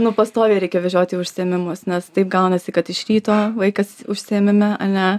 nu pastoviai reikia vežioti į užsiėmimus nes taip gaunasi kad iš ryto vaikas užsiėmime ane